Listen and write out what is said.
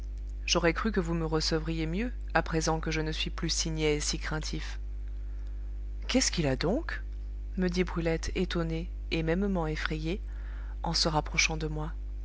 j'aurais cru que vous me recevriez mieux à présent que je ne suis plus si niais et si craintif qu'est-ce qu'il a donc me dit brulette étonnée et mêmement effrayée en se rapprochant de moi